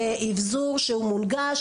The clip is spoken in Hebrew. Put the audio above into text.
אבזור שהוא מונגש,